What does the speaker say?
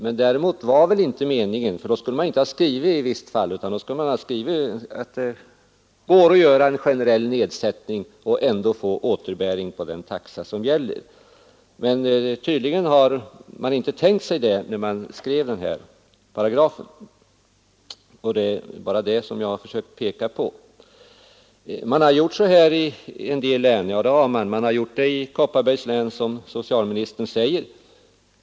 Men det var inte meningen att ge generella subventioner för då skulle man inte ha skrivit ”i visst fall”, utan då skulle man ha skrivit att det går att göra en generell nedsättning och ändå ha återbäring på den taxa som gäller. Tydligen har man inte tänkt sig det när man skrivit den här paragrafen, och det är bara det som jag har velat peka på. Man har gjort så här i en del län, bl.a. Kopparbergs län, som socialministern säger.